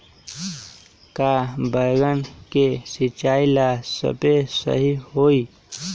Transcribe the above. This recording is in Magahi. का बैगन के सिचाई ला सप्रे सही होई?